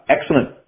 excellent